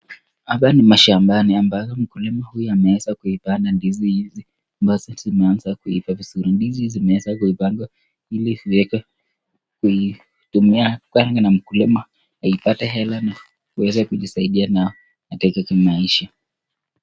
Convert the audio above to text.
Hapa ni mashambani ambazo mkulima huyu ameweza kuipanda ndizi hizi ambazo zimeanza kuiva vizuri. Ndizi hizi Ziweza kuipagwa ili ziwekwe kuitumia na mkulima aipate hela na kuweza kujisaidia nayo katika kimaisha.